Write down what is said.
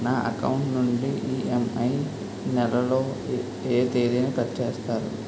నా అకౌంట్ నుండి ఇ.ఎం.ఐ నెల లో ఏ తేదీన కట్ చేస్తారు?